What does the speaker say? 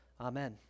Amen